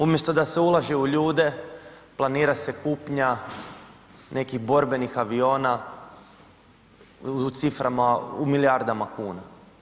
Umjesto da se ulaže u ljude, planira se kupnja nekih borbenih aviona, u ciframa u milijardama kuna.